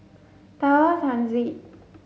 Tower Transit